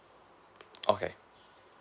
okay